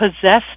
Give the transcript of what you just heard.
possessed